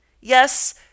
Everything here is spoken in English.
Yes